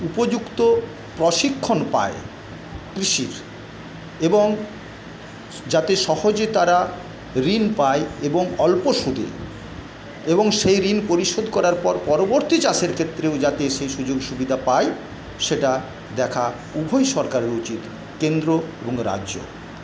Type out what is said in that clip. উপযুক্ত প্রশিক্ষণ পায় কৃষির এবং যাতে সহজে তারা ঋণ পায় এবং অল্প সুদে এবং সেই ঋণ পরিশোধ করার পর পরবর্তী চাষের ক্ষেত্রেও যাতে সেই সুযোগ সুবিধা পায় সেটা দেখা উভয় সরকারের উচিত কেন্দ্র এবং রাজ্য